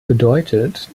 bedeutet